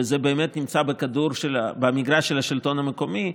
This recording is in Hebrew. וזה באמת נמצא במגרש של השלטון המקומי,